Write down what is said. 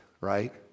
right